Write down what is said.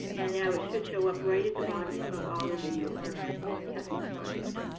and now it should show up right at the bottom of all of the homework and test assignments.